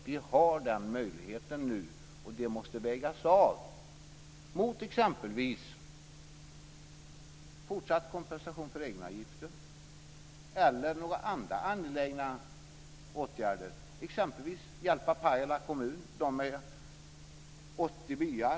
Vi har den möjligheten nu och den måste vägas av mot t.ex. fortsatt kompensation för egenavgifter eller några andra angelägna åtgärder såsom att hjälpa Pajala kommun som består av 80 byar.